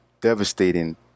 devastating